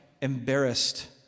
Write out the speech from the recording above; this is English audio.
embarrassed